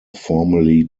formally